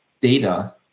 data